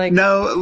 like no.